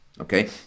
okay